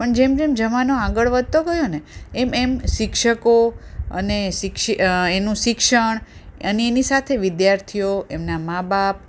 પણ જેમ જેમ જમાનો આગળ વધતો ગયો ને એમ એમ શિક્ષકો અને એનું શિક્ષણ અને એની સાથે વિદ્યાર્થીઓ એમનાં મા બાપ